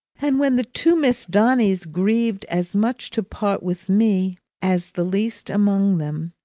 and when the two miss donnys grieved as much to part with me as the least among them,